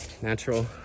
Natural